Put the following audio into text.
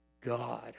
God